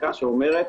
פסקה שאומרת